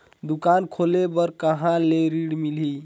दुकान खोले बार कहा ले ऋण मिलथे?